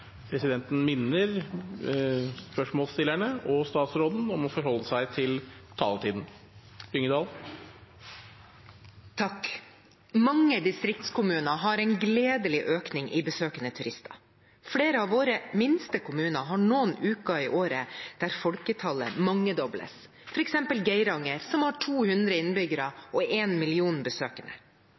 taletiden. «Mange distriktskommuner opplever en gledelig økning i besøkende turister. Flere av våre minste kommuner har noen uker i året der folketallet mangedobles, som Geiranger, som har 200 innbyggere og én million